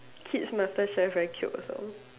kids masterchef very cute also